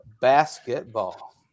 basketball